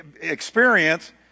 experience